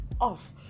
off